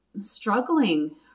struggling